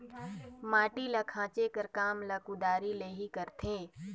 माटी ल खाचे कर काम ल कुदारी ले ही करथे